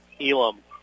Elam